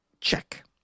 check